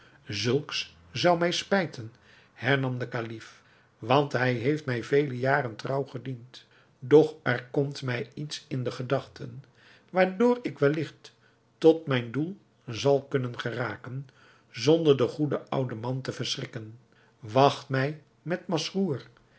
zulks zou mij spijten hernam de kalif want hij heeft mij vele jaren trouw gediend doch er komt mij iets in de gedachten waardoor ik welligt tot mijn doel zal kunnen geraken zonder den goeden ouden man te verschrikken wacht mij met